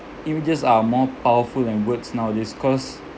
images are more powerful than words nowadays cause